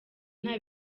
nta